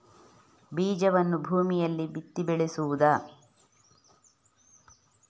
ಬೀಜವನ್ನು ಭೂಮಿಯಲ್ಲಿ ಬಿತ್ತಿ ಬೆಳೆಸುವುದಾ?